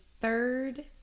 third